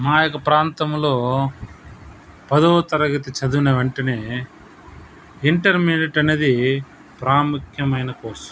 మా యొక్క ప్రాంతములో పదవ తరగతి చదివిన వెంటనే ఇంటర్మీడియట్ అనేది ప్రాముఖ్యం అయిన కోర్స్